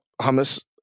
hummus